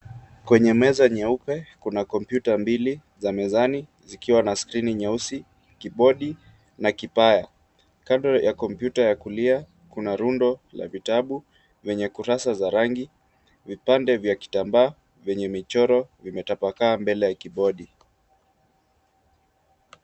Kwenye meza nyeupe kuna kompyuta mbili za mezani zikiwa na skrini nyeusi, kibodi na kipaya. Kando ya kompyuta ya kulia kuna rundo la vitabu venye kurasa za rangi ,vipande vya kitambaa vyenye michoro imetapaka mbele ya kibodi.